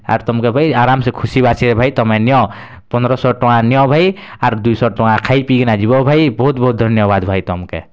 ଆର୍ ତମ୍କେ ଭାଇ ଆରାମ୍ ସେ ଖୁସି ବାସିରେ ଭାଇ ତମେ ନିଅ ପନ୍ଦର ଶହ ଟଙ୍କା ନିଅ ଭାଇ ଆର୍ ଦୁଇ ଶହ ଟଙ୍କା ଖାଇ ପିଇ କିନା ଯିବ ହଉ ଭାଇ ବହୁତ୍ ବହୁତ୍ ଧନ୍ୟବାଦ୍ ଭାଇ ତମ୍କେ